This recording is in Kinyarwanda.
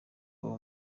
uwo